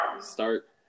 start